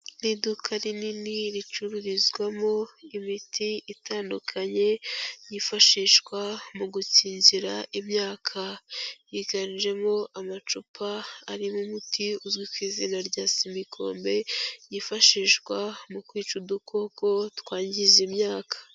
Ni iduka rinini ricururizwamo imiti itandukanye yifashishwa mu gukingira imyaka, higanjemo amacupa arimo umuti uzwi ku izina rya sinikombe, yifashishwa mu kwica udukoko twangiza imyaka.